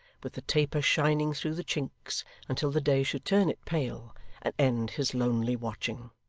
with the taper shining through the chinks until the day should turn it pale and end his lonely watching.